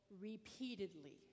repeatedly